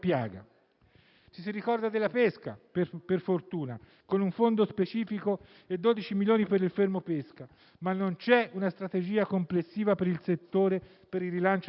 si ricorda della pesca, per fortuna, con un fondo specifico e 12 milioni per il fermo pesca, ma non c'è una strategia complessiva per il settore e per il rilancio dell'attività,